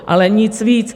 Ale nic víc.